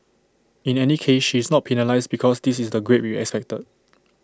in any case she is not penalised because this is the grade we excited